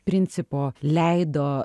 principo leido